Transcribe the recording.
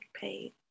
Paid